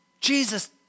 Jesus